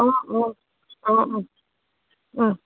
অঁ অঁ অঁ অঁ অঁ